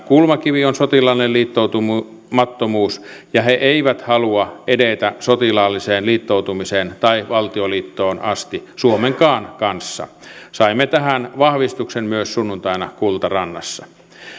kulmakivi on sotilaallinen liittoutumattomuus ja he eivät halua edetä sotilaalliseen liittoutumiseen tai valtioliittoon asti suomenkaan kanssa saimme tähän vahvistuksen myös sunnuntaina kultarannassa